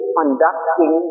conducting